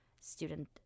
student